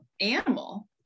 animal